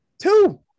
Two